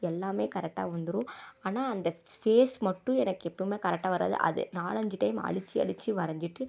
எல்லாமே கரெட்டாக வந்துரும் ஆனால் அந்த ஃபேஸ் மட்டும் எனக்கு எப்போயுமே கரெட்டாக வராது அது நாலஞ்சி டைம் அழித்து அழித்து வரைஞ்சிட்டு